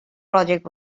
project